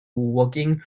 working